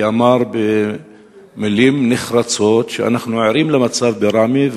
כי אמר במלים נחרצות: אנחנו ערים למצב בראמה,